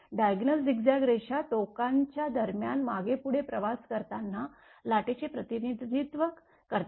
diagonal zigzag रेषा टोकांच्या दरम्यान मागे पुढे प्रवास करताना लाटेचे प्रतिनिधित्व करते